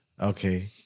Okay